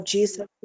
Jesus